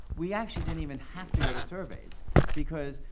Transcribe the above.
we actually didn't even have to go to surveys because,